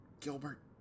Gilbert